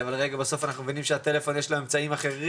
אבל רגע בסוף אנחנו מבינים שהטלפון יש לו אמצעים אחרים.